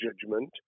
judgment